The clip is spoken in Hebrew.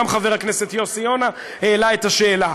וגם חבר הכנסת יוסי יונה העלה את השאלה,